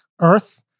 earth